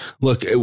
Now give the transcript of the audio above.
look